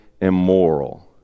immoral